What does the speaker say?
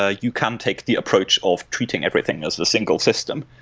ah you can take the approach of treating everything as a single system.